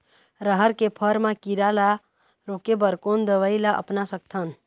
रहर के फर मा किरा रा रोके बर कोन दवई ला अपना सकथन?